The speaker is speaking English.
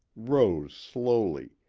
rose slowly,